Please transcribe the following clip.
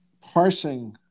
Parsing